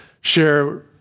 share